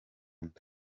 nda